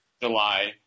July